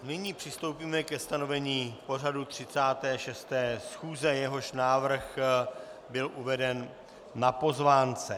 Nyní přistoupíme ke stanovení pořadu 36. schůze, jehož návrh byl uveden na pozvánce.